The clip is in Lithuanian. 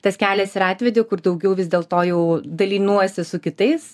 tas kelias ir atvedė kur daugiau vis dėlto jau dalinuosi su kitais